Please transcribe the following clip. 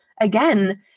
again